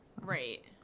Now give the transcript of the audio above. Right